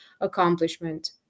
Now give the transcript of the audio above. accomplishment